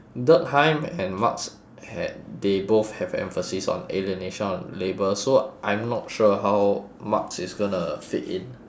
durkheim and marx had they both have emphasis on alienation of labour so I'm not sure how marx is gonna fit in